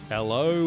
Hello